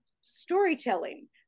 storytelling